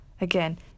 Again